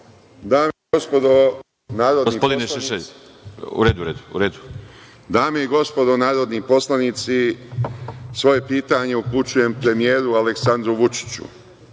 Dame i gospodo narodni poslanici, svoje pitanje upućujem premijeru Aleksandru Vučiću